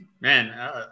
man